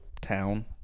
town